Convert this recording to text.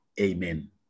Amen